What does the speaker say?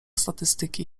statystyki